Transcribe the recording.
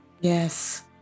yes